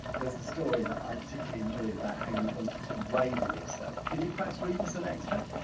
there's a story that i particularly enjoyed about how you wanted to weigh yourself. can you perhaps read us an extract?